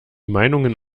meinungen